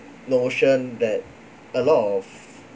notion that a lot of